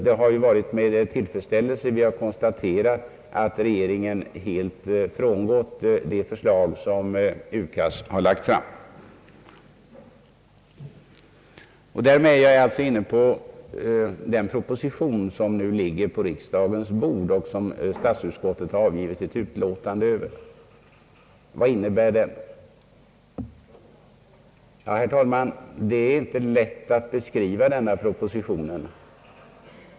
Det har därför varit med tillfredsställelse vi konstaterat att regeringen helt frångått det förslag som UKAS har lagt fram. Därmed är jag, herr talman, inne på den proposition, som nu ligger på riksdagens bord, och som statsutskottet avgivit sitt utlåtande över. Vad innebär den? Det är inte lätt, herr talman, att beskriva denna proposition.